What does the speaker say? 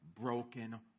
broken